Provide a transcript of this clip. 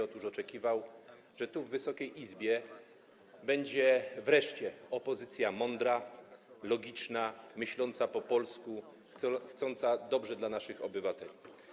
Otóż oczekiwał on, że tu, w Wysokiej Izbie, będzie wreszcie opozycja mądra, logiczna, myśląca po polsku, chcąca dobrze dla naszych obywateli.